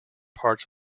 parts